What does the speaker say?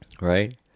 Right